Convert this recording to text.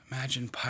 Imagine